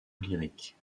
lyrique